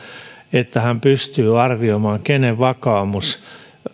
että hän pystyy arvioimaan kenen vakaumus